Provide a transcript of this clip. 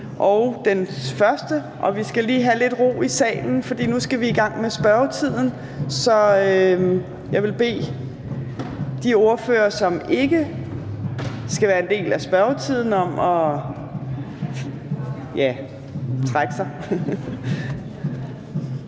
fra spørgeren. Vi skal lige have lidt ro i salen, for nu skal vi i gang med spørgetiden. Så jeg vil bede de ordførere, som ikke skal være en del af spørgetiden, om at trække sig.